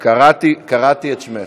קראתי את שמך.